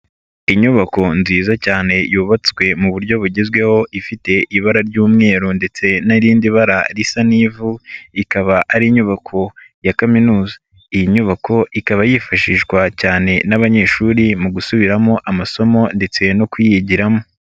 Inyubako nziza cyane yubatswe mu buryo bugezweho ifite ibara ry'umweru ndetse n'irindi bara risa n'ivu ikaba ari inyubako ya kaminuza, iyi nyubako ikaba yifashishwa cyane n'abanyeshuri mu gusubiramo amasomo ndetse no kuyigiramo.